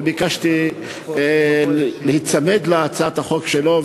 וביקשתי להיצמד להצעת החוק שלו.